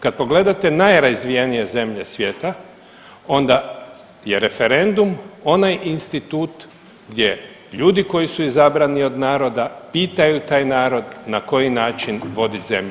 Kad pogledate najrazvijenije zemlje svijeta, onda je referendum onaj institut gdje ljudi koji su izabrani od naroda pitaju taj narod na koji način voditi zemlju.